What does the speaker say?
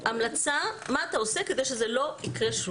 והמלצה מה אתה עושה כדי שזה לא יקרה שוב.